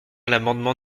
l’amendement